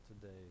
today